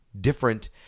different